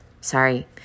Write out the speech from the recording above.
Sorry